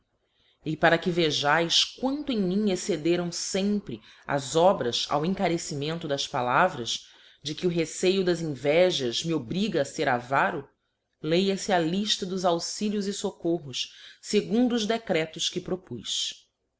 e para que vejaes quanto em mim excederam fempre as obras ao encarecimento das palavras de que o receio das invejas me obriga a fer avaro lêa fe a lilla dos auxilios e foccorros fegundo os decretos que propuz